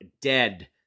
dead